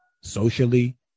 socially